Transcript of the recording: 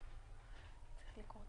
פערי